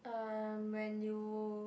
um when you